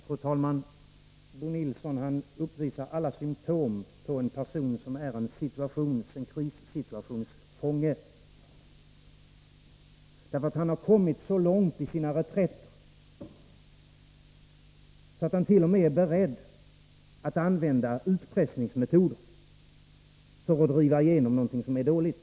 Fru talman! Bo Nilsson uppvisar alla symptom på en person som är krissituationens fånge. Han har kommit så långt i sina reträtter att han t.o.m. är beredd att använda utpressningsmetoder för att driva igenom någonting som är dåligt.